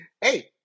hey